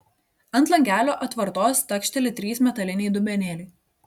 ant langelio atvartos takšteli trys metaliniai dubenėliai